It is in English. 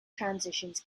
transitions